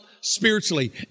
spiritually